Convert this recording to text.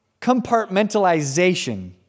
compartmentalization